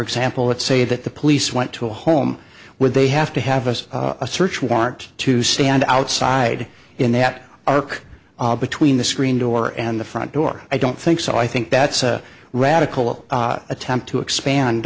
example let's say that the police went to a home where they have to have us a search warrant to stand outside in that arc between the screen door and the front door i don't think so i think that's a radical attempt to